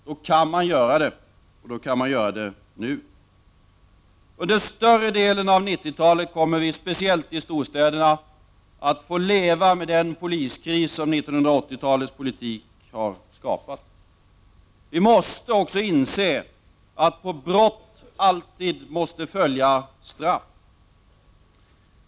Då kan man också göra det, och man kan göra det nu. Under större delen av 1990-talet kommer vi, speciellt i storstäderna, att få leva med den poliskris som 1980-talets politik har skapat. Vi måste också inse att på brott alltid måste följa straff.